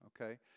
okay